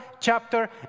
chapter